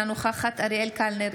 אינה נוכחת אריאל קלנר,